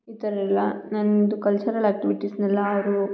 ಈ ಥರ ಎಲ್ಲ ನನ್ನದು ಕಲ್ಚರಲ್ ಆಕ್ಟಿವಿಟೀಸ್ನೆಲ್ಲ ಅವರು